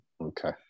okay